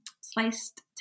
sliced